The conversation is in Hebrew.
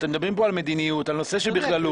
אתם מדברים פה על מדיניות, על נושא שבכללות.